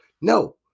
No